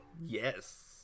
Yes